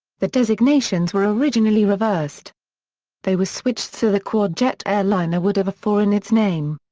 the designations were originally reversed they were switched so the quad-jet airliner would have a four in its name.